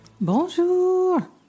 Bonjour